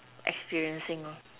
experiencing lor